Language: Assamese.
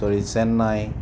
চেন্নাই